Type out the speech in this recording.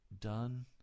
done